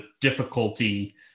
difficulty